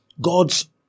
God's